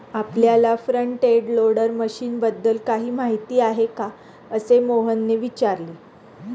आपल्याला front end loader मशीनबद्दल काही माहिती आहे का, असे मोहनने विचारले?